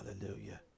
hallelujah